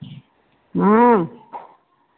हाँ